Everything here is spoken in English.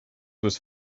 was